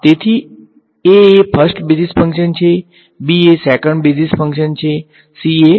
તેથી a એ first basis function છે b એ સેકન્ડ બેઝિસ ફંક્શન છે c એ ત્રીજું બેઝિસ ફંક્શન છે વગેરે